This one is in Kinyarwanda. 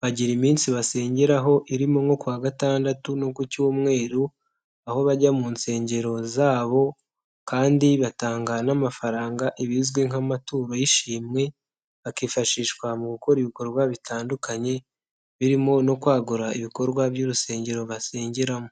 bagira iminsi basengeraho. Irimo nko ku wa gatandatu no ku cyumweru. Aho bajya mu nsengero zabo kandi batanga n'amafaranga ibizwi nk'amaturo y'ishimwe. Akifashishwa mu gukora ibikorwa bitandukanye birimo no kwagura ibikorwa by'urusengero basengeramo.